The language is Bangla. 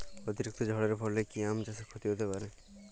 অতিরিক্ত ঝড়ের ফলে কি আম চাষে ক্ষতি হতে পারে?